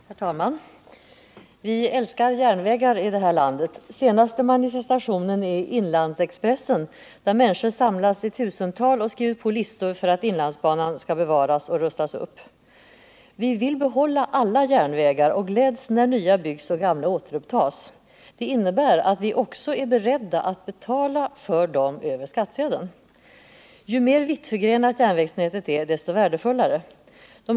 Herr talman! Vi älskar järnvägar i det här landet. Senaste manifestationen är ”Inlands-Expressen”, där människor samlats i tusental och skrivit på listor för att inlandsbanan skall bevaras och rustas upp. Vi vill behålla alla järnvägar och gläds när nya byggs och trafiken på gamla återupptas. Det innebär att vi också är beredda att betala för dem över skattsedeln. äg Ju mer vittförgrenat järnvägsnätet är, desto värdefullare är det.